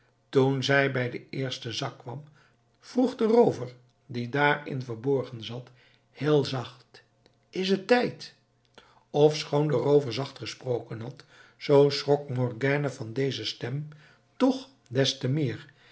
toen zij bij den eersten zak kwam vroeg de roover die daarin verborgen zat heel zacht is t tijd ofschoon de roover zacht gesproken had zoo schrok morgiane van deze stem toch des te meer